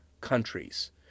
countries